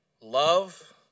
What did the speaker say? Love